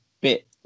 bit